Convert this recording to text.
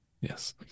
yes